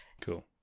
Cool